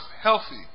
healthy